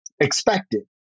expected